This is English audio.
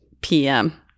PM